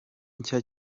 nshya